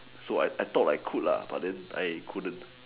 so like I thought like could but then I couldn't